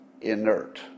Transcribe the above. inert